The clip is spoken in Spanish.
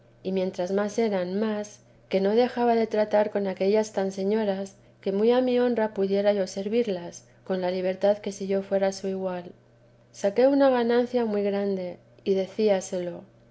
y mientras más eran más que no dejaba de teresa i tratar con aquellas tan señoras que muy a mi honra pudiera yo servirlas con la libertad que si yo fuera su igual saqué una ganancia muy grande y deciaselo